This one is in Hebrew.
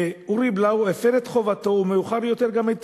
ואורי בלאו הפר את חובתו ומאוחר יותר גם את